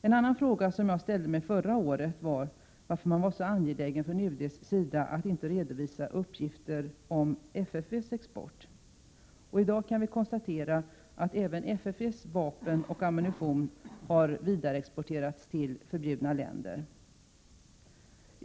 En annan fråga som jag ställde mig förra året var varför man från UD:s sida var så angelägen om att inte redovisa uppgifter om FFV:s export. I dag kan vi konstatera att även FFV:s vapen och ammunition har vidareexporterats till förbjudna länder.